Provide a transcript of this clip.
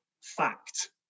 fact